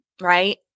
right